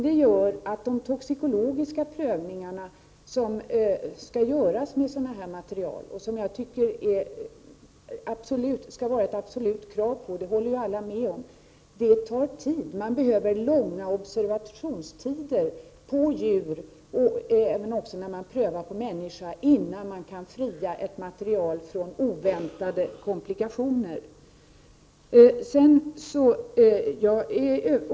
Det gör att de toxikologiska prövningar som skall göras av sådana material och som det enligt min mening skall vara ett absolut krav på — och det håller alla med om =— tar tid. Man behöver långa observationstider när man prövar på djur och även när man prövar på människa innan man kan fria ett material från oväntade komplikationer.